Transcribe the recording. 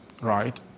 Right